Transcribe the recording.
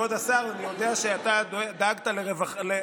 כבוד השר, אני יודע שאתה דאגת לרווחה.